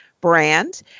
brand